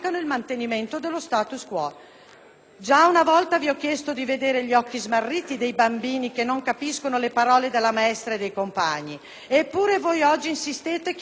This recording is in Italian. Già una volta vi ho chiesto di vedere gli occhi smarriti dei bambini che non capiscono le parole della maestra e dei compagni. Eppure voi oggi insistete chiedendo di lasciare tutto così com'è.